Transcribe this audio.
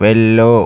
వెళ్ళు